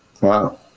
Wow